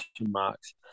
marks